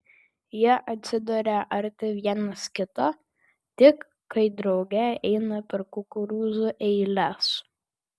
jie atsiduria arti vienas kito tik kai drauge eina per kukurūzų eiles